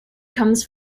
comes